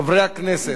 חברי הכנסת,